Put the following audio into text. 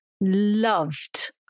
loved